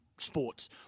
sports